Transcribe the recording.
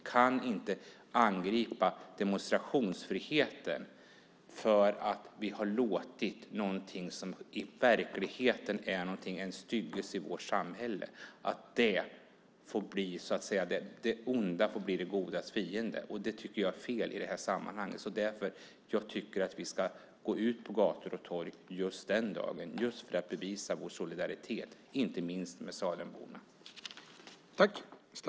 Vi kan inte angripa demonstrationsfriheten för att vi har tillåtit något som i verkligheten är en styggelse i vårt samhälle. Det bästa får så att säga bli det godas fiende. Det tycker jag är fel i det här sammanhanget. Därför tycker jag att vi ska gå ut på gator och torg just den dagen för att bevisa vår solidaritet - inte minst med Salemborna.